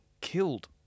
killed